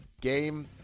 Game